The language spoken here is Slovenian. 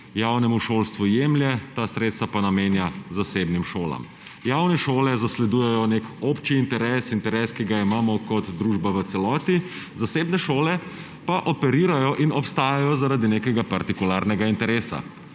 javnemu šolstvu jemlje, ta sredstva pa namenja zasebnim šolam. Javne šole zasledujejo nek obči interes, interes, ki ga imamo kot družba v celoti, zasebne šole pa operirajo in obstajajo zaradi nekega partikularnega interesa